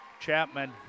Chapman